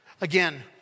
Again